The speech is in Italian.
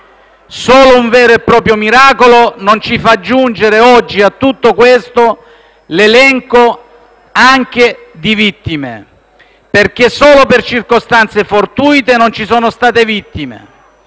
Solo un vero e proprio miracolo non ci fa aggiungere oggi a tutto questo l'elenco di vittime, perché, solo per circostanze fortuite, non ci sono state vittime.